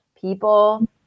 people